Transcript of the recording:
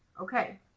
Okay